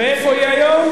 ואיפה היא היום?